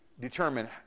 determine